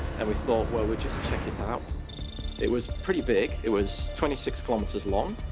and we thought, well, we'll just check it ah it was pretty big. it was twenty six kilometers long.